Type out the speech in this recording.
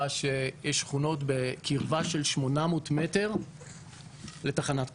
שיש שכונות בקרבה של 800 מטר לתחנת כוח.